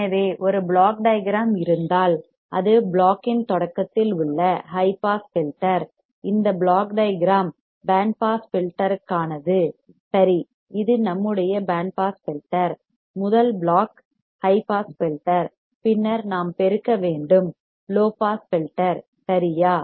எனவே ஒரு block diagram இருந்தால் அது பிளாக் இன் தொடக்கத்தில் உள்ள ஹை பாஸ் ஃபில்டர் இந்த பிளாக் டயக்ராம் பேண்ட் பாஸ் ஃபில்டர்க்கானது சரி இது நம்முடைய பேண்ட் பாஸ் ஃபில்டர் முதல் பிளாக் ஹை பாஸ் ஃபில்டர் பின்னர் நாம் பெருக்க வேண்டும் லோ பாஸ் ஃபில்டர் சரியா